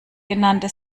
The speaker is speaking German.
genannte